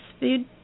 food